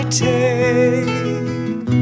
take